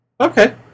Okay